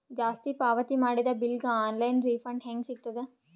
ಜಾಸ್ತಿ ಪಾವತಿ ಮಾಡಿದ ಬಿಲ್ ಗ ಆನ್ ಲೈನ್ ರಿಫಂಡ ಹೇಂಗ ಸಿಗತದ?